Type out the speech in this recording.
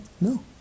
No